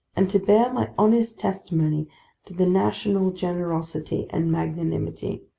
and to bear my honest testimony to the national generosity and magnanimity.